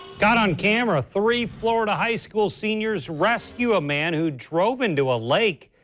caught on camera, three florida high school seniors rescue a man who drove into a lake.